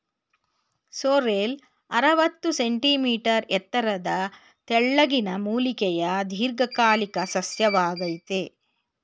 sorrel ಅರವತ್ತು centimetre ಎತ್ತರದ ತೆಳ್ಳಗಿನ ಮೂಲಿಕೆಯ ದೀರ್ಘಕಾಲಿಕ ಸಸ್ಯವಾಗಯ್ತೆ